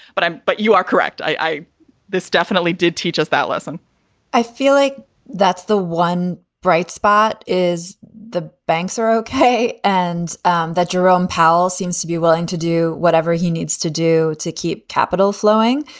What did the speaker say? but but you are correct. i this definitely did teach us that lesson i feel like that's the one bright spot is the banks are ok and and that jerome powell seems to be willing to do whatever he needs to do to keep capital flowing.